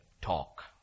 talk